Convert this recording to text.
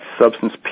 substance